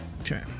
Okay